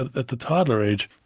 ah at the toddler age,